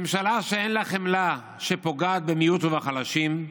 ממשלה שאין לה חמלה, שפוגעת במיעוט ובחלשים,